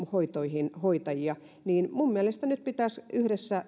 hoitoihin hoitajia minun mielestäni nyt pitäisi yhdessä